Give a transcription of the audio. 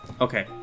Okay